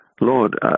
Lord